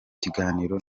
kiganiro